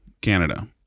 Canada